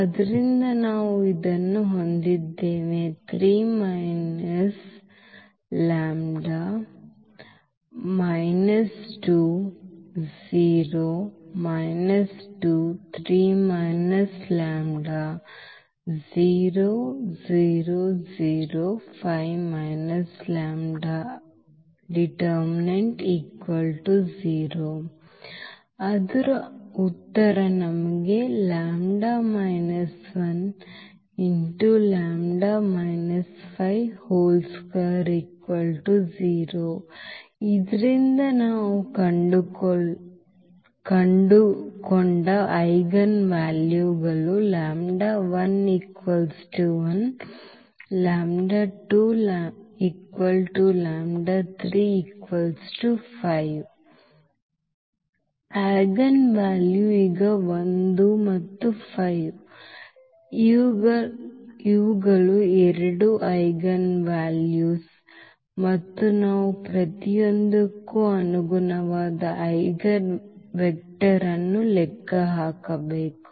ಆದ್ದರಿಂದ ನಾವು ಇದನ್ನು ಹೊಂದಿದ್ದೇವೆ Eigenvalues ಐಜೆನ್ ವ್ಯಾಲ್ಯೂ ಈಗ 1 ಮತ್ತು 5 ಇವುಗಳು ಎರಡು ಐಜೆನ್ ವ್ಯಾಲ್ಯೂ eigenvalues ಮತ್ತು ನಾವು ಪ್ರತಿಯೊಂದಕ್ಕೂ ಅನುಗುಣವಾದ ಐಜೆನ್ವೆಕ್ಟರ್ ಅನ್ನು ಲೆಕ್ಕ ಹಾಕಬೇಕು